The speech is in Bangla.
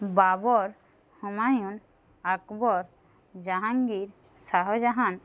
বাবর হুমায়ুন আকবর জাহাঙ্গীর শাহজাহান